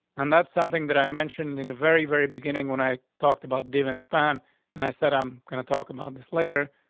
and that's something that i mentioned in the very very beginning when i talked about devon span and i said, i'm gonna talk about this later,